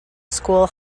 school